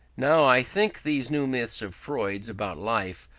now i think these new myths of freud's about life,